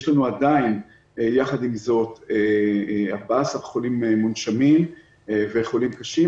יש לנו עדיין יחד עם זאת 14 חולים מונשמים וחולים קשים.